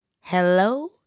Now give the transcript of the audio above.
Hello